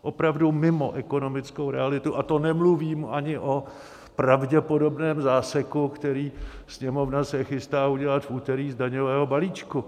Opravdu mimo ekonomickou realitu, a to nemluvím ani o pravděpodobném záseku, který se Sněmovna chystá udělat v úterý z daňového balíčku.